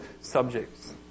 subjects